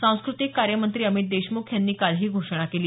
सांस्कृतिक कार्य मंत्री अमित देशमुख यांनी काल ही घोषणा केली